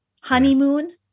honeymoon